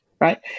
right